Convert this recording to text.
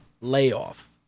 layoff